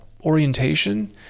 orientation